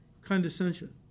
condescension